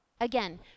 again